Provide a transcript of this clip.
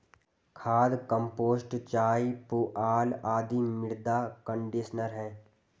खाद, कंपोस्ट चाय, पुआल आदि मृदा कंडीशनर है